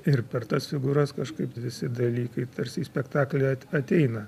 ir per tas figūras kažkaip visi dalykai tarsi į spektaklį ateina